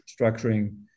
structuring